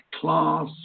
class